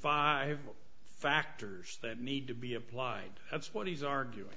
five factors that need to be applied that's what he's arguing